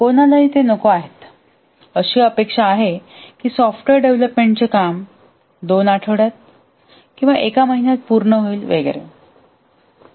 कोणालाही ते नको आहेत अशी अपेक्षा आहे की सॉफ्टवेअर डेव्हलपमेंटचे काम 2 आठवड्यात एका महिन्यात पूर्ण होईल वगैरे